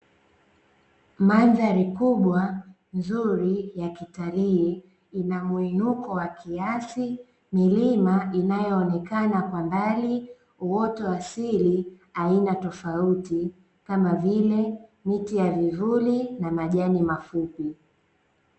Mandhari kubwa, nzuri ya kitalii inamuinuko wa kiasi, milima inayoonekana kwa mbali, uwoto wa asili aina tofauti kama vile miti ya vivuli na majani mafupi.